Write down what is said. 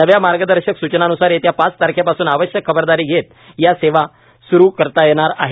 नव्या मार्गदर्शक सूचनांन्सार येत्या पाच तारखेपासून आवश्यक खबरदारी घेत या सेवा सूरू करता येणार आहेत